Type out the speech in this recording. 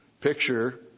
picture